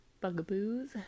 bugaboos